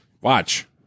watch